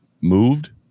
moved